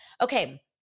Okay